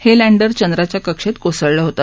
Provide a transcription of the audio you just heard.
हे लँडर चंद्राच्या कक्षेत कोसळले होते